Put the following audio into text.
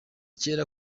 kera